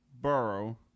Burrow